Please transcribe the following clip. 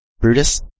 Brutus